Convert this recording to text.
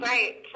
Right